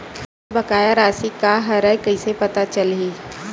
मोर बकाया राशि का हरय कइसे पता चलहि?